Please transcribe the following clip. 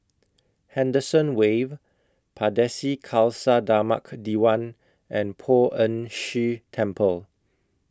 Henderson Wave Pardesi Khalsa Dharmak Diwan and Poh Ern Shih Temple